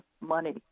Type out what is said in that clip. money